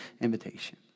invitation